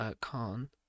Khan